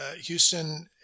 Houston